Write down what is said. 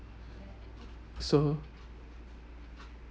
so